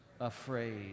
afraid